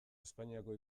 espainiako